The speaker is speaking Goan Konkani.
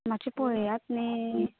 मातशें पळेंयात न्हीं